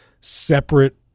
separate